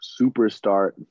superstar